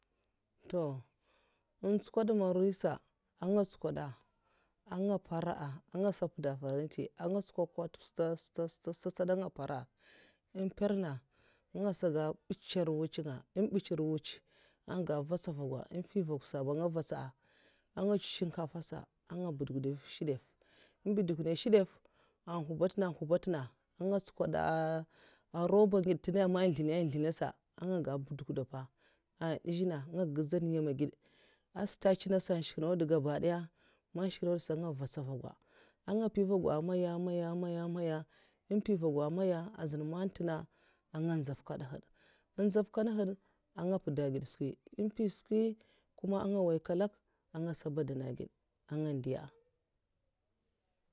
Ntoh èn tusnkad marizhè nsa nga nchokwoda bga mpara a nga sa mpuda mparanty mga mapara nkwa stad stad mga mbitsa marutsa nga nga mvutsa vagwa nga chèw hah a nga chèw ruban man n nzlina nzlina nnga sa èn ga mbudukda mpa n ndizna ma mbudzan myèm n è gèd nga mvutsa nga mpi nvugwa maya maya maya nga mbatsa mvuga npuda tray nga ngara